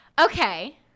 Okay